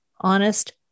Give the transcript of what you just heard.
honest